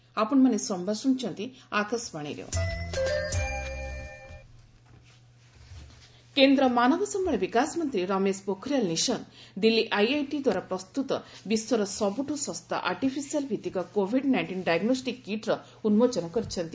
test kit କେନ୍ଦ୍ର ମାନବ ସମ୍ଭଳ ବିକାଶ ମନ୍ତ୍ରୀ ରମେଶ ପୋଖରିଆଲ ନିଶଙ୍କ ଦିଲ୍ଲୀ ଆଇଆଇଟି ଦ୍ୱାରା ପ୍ରସ୍ତୁତ ବିଶ୍ୱର ସବୁଠୁ ଶସ୍ତା ଆର୍ଟିଫିସିଆଲ୍ ଭିଭିକ କୋଭିଡ୍ ନାଇଷ୍ଟିନ୍ ଡାଇଗ୍ରୋଷ୍ଟିକ୍ କିଟ୍ର ଉନ୍ଦୋଚନ କରିଛନ୍ତି